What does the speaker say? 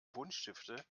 buntstifte